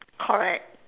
correct